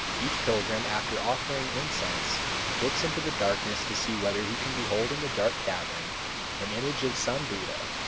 each pilgrim after offering incense looks into the darkness to see whether he can behold in the dark cavern an image of some buddha.